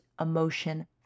emotion